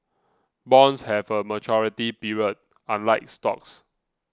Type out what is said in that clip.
bonds have a maturity period unlike stocks